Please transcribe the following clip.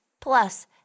Plus